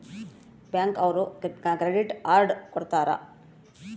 bank ಅವ್ರು credit card ಕೊಡ್ತಾರ